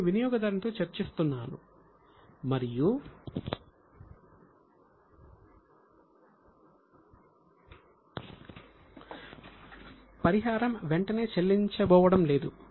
నేను వినియోగదారుని తో చర్చిస్తున్నారు మరియు పరిహారం వెంటనే చెల్లించబోవడం లేదు